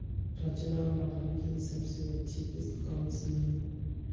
रचना मटर की सबसे अच्छी किश्त कौन सी है?